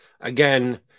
again